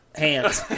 hands